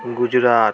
Gujarat